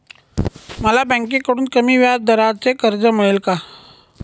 मला बँकेकडून कमी व्याजदराचे कर्ज मिळेल का?